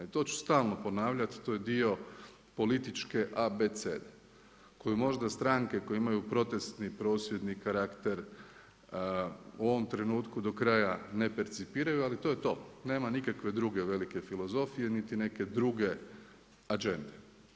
I to ću stalno ponavljati, to je dio političke abecede koju možda stranke koje imaju protesni prosvjedni karakter u ovom trenutku od kraja ne percipiraju ali to je to, nema nikakve druge velike filozofije niti neke druge agende.